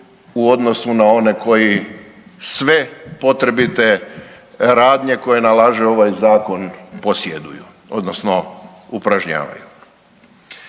u odnosu na one koji sve potrebite radnje koje nalaže ovaj zakon posjeduju odnosno upražnjavaju.